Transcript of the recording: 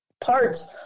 parts